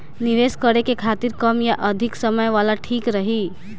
निवेश करें के खातिर कम या अधिक समय वाला ठीक रही?